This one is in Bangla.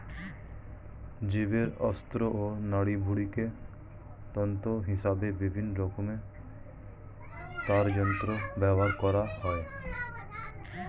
জীবের অন্ত্র ও নাড়িভুঁড়িকে তন্তু হিসেবে বিভিন্ন রকমের তারযন্ত্রে ব্যবহার করা হয়